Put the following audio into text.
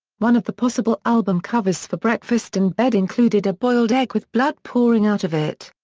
one of the possible album covers for breakfast in bed included a boiled egg with blood pouring out of it.